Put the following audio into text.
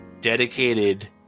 dedicated